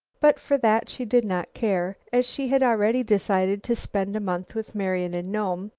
but for that she did not care, as she had already decided to spend a month with marian in nome,